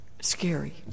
scary